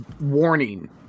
warning